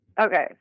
Okay